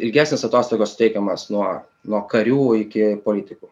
ilgesnės atostogos suteikiamos nuo nuo karių iki politikų